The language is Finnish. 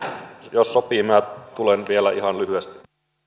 jos sopii minä tulen vielä ihan lyhyesti